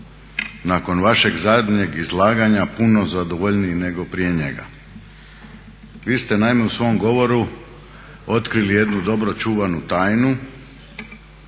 nakon vašeg zadnjeg izlaganja puno zadovoljniji nego prije njega. Vi ste naime u svom govoru otkrili jednu dobro čuvanu tajnu,